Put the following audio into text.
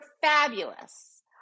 fabulous